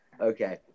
Okay